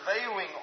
prevailing